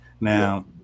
Now